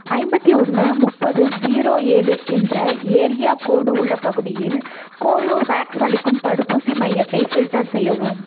ஐம்பத்தி ஒன்று முப்பது ஸீரோ ஏழு என்ற ஏரியா கோடு உள்ள பகுதியில் கோவோவேக்ஸ் அளிக்கும் தடுப்பூசி மையத்தை ஃபில்டர் செய்யவும்